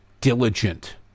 diligent